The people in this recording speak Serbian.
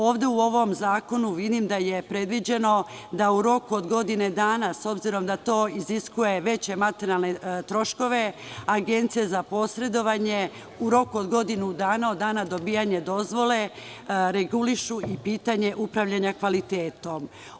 Ovde u ovom zakonu vidim da je predviđeno da u roku od godinu dana, s obzirom da to iziskuje veće materijalne troškove, agencije za posredovanje, od dana dobijanja dozvole, regulišu i pitanje upravljanja kvalitetom.